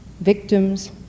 Victims